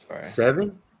Seven